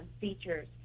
features